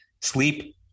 sleep